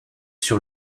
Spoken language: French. sur